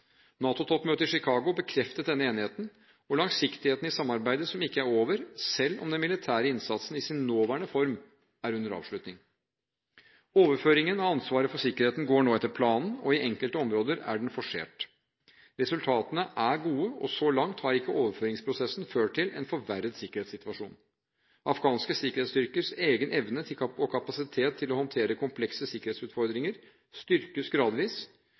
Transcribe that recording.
i Chicago bekreftet denne enigheten og langsiktigheten i samarbeidet – som ikke er over, selv om den militære innsatsen i sin nåværende form er under avslutning. Overføringen av ansvaret for sikkerheten går nå etter planen, og i enkelte områder er den forsert. Resultatene er gode, og så langt har ikke overføringsprosessen ført til en forverret sikkerhetssituasjon. Afghanske sikkerhetsstyrkers egen evne og kapasitet til å håndtere komplekse sikkerhetsutfordringer styrkes gradvis,